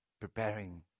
preparing